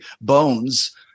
Bones